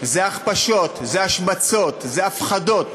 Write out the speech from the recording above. זה הכפשות, זה השמצות, זה הפחדות.